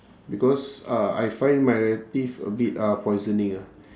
because uh I find my relative a bit ah poisoning ah